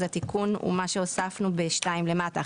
אז התיקון הוא מה שהוספנו ב-(2) למטה.